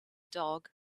dog